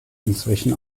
inzwischen